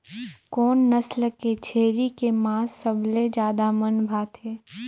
कोन नस्ल के छेरी के मांस सबले ज्यादा मन भाथे?